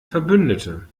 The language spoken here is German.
verbündete